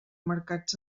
mercats